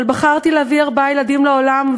אבל בחרתי להביא ארבעה ילדים לעולם,